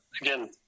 again –